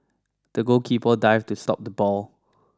the goalkeeper dived to stop the ball